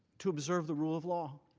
to observe the rule of law